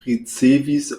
ricevis